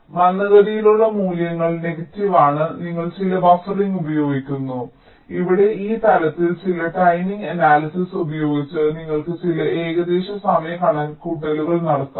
മന്ദഗതിയിലുള്ള മൂല്യങ്ങൾ നെഗറ്റീവ് ആണ് നിങ്ങൾ ചില ബഫറിംഗ് ഉപയോഗിക്കുന്നു ഇവിടെ ഈ തലത്തിൽ ചില ടൈമിംഗ് അനാലിസിസ് ഉപയോഗിച്ച് നിങ്ങൾക്ക് ചില ഏകദേശ സമയ കണക്കുകൂട്ടലുകൾ നടത്താം